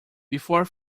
before